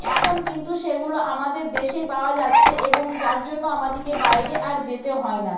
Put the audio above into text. এখন কিন্তু সেগুলো আমাদের দেশেই পাওয়া যাচ্ছে এবং যার জন্য আমাদেরকে বাইরে আর যেতে হয় না